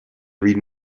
read